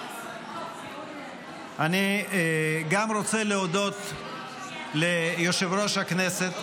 אני גם רוצה להודות ליושב-ראש הכנסת,